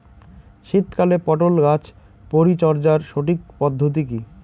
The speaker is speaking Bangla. শীতকালে পটল গাছ পরিচর্যার সঠিক পদ্ধতি কী?